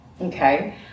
Okay